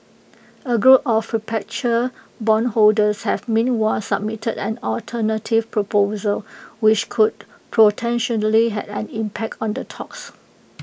A group of perpetual bondholders have meanwhile submitted an alternative proposal which could potentially have an impact on the talks